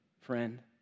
friend